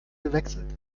gewechselt